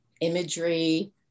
imagery